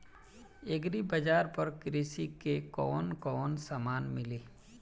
Agri बाजार पर कृषि के कवन कवन समान मिली?